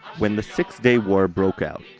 when the six day war broke out,